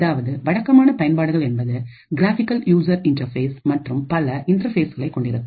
அதாவது வழக்கமான பயன்பாடுகள் என்பது கிராஃபிகல்யூசர் இன்டர்பேஸ்கள் மற்றும் பல இன்டர்பேஸ்களை கொண்டிருக்கும்